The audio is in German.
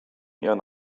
ihren